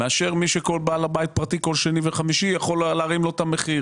מאשר מי שכל בעל בית פרטי כל שני וחמישי יכול להרים לו את המחיר.